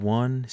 one